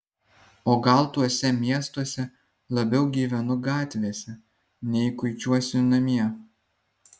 o gal tuose miestuose labiau gyvenu gatvėse nei kuičiuosi namie